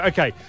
Okay